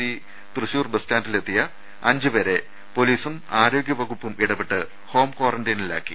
C Thrissur സ്റ്റാൻഡിൽ എത്തിയ അഞ്ച് പേരെ പൊലീസും ആരോഗ്യവകുപ്പും ഇടപെട്ട് ഹോം ക്വാറന്റൈനിലാക്കി